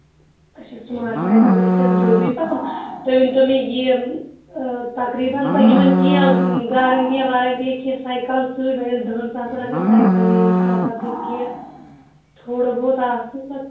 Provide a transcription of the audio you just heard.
اَچھا smart cycle گژھِ تیٚلہِ درٛۅگٕے پَہم تُہۍ ؤنۍ تو مےٚ یہِ تقریٖبن تۄہہِ یِمن کیٚنٛہہ گارینٹِیا وارینٹِیا کیٚنٛہہ ساٮ۪ٔکَلن سُہ ییٚلہِ وۅنۍ دَہن ساسن اَگر ساٮٔکَل نِیہِ اِنسان تَتھ گژھِ کیٚنٛہہ تھوڑا بہت آسُن تہٕ